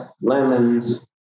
lemons